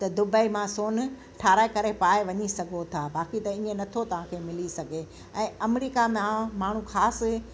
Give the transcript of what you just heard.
त दुबई मां सोन ठाराए करे पाए वञी सघो था बाक़ी त ईअं नथो तव्हांखे मिली सघे ऐं अमरीका मां माण्हू ख़ासि